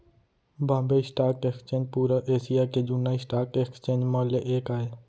Bombay stock exchange पुरा Asia के जुन्ना स्टॉक एक्सचेंज म ले एक आय